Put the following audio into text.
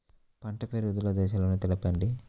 పంట పెరుగుదల దశలను తెలపండి?